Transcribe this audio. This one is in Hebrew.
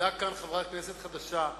עמדה כאן חברת כנסת חדשה,